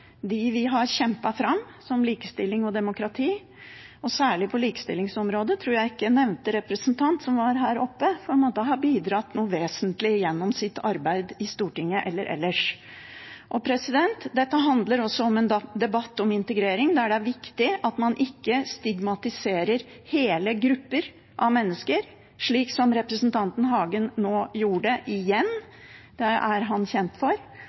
vi har kjempet fram, som likestilling og demokrati. Særlig på likestillingsområdet tror jeg ikke nevnte representant, som var her oppe, har bidratt noe vesentlig gjennom sitt arbeid i Stortinget eller ellers. Dette handler også om en debatt om integrering, der det er viktig at man ikke stigmatiserer hele grupper av mennesker, slik som representanten Carl I. Hagen gjorde nå igjen. Det er han kjent for.